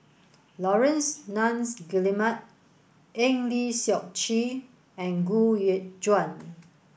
Laurence Nunns Guillemard Eng Lee Seok Chee and Gu Juan